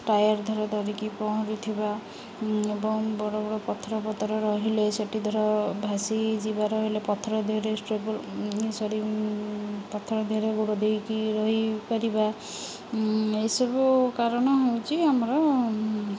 tyre ଧର ଧରିକି ପହଁଞ୍ଚୁଥିବା ଏବଂ ବଡ଼ ବଡ଼ ପଥର ପଥର ରହିଲେ ସେଠି ଧର ଭାସିଯିବ ରହିଲେ ପଥର ଦେହରେ ପଥର ଦେହରେ ଗୋଡ଼ ଦେଇକି ରହିପାରିବା ଏସବୁ କାରଣ ହେଉଛି ଆମର